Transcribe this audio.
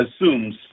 assumes